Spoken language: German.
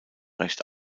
recht